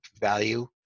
value